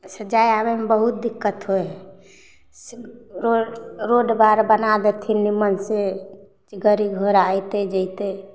से जाइ आबैमे बहुत दिक्कत होइ हइ से रोड रोड बार बना देथिन निम्मन से जे गाड़ी घोड़ा अएतै जेतै